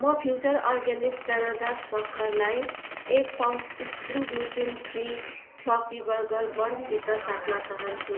म Future Organics दानादार सक्खरलाई एक pouch spring gluten free fluffy burger बन्ससित साट्न चाहान्छु